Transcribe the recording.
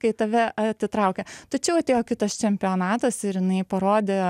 kai tave atitraukia tačiau atėjo kitas čempionatas ir jinai parodė